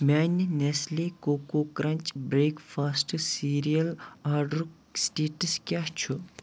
میٛانہِ Nestle coco crunch breakfast cereal آرڈرُک status کیٛاہ چھُ